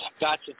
gotcha